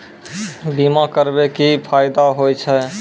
बीमा करबै के की फायदा होय छै?